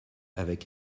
avec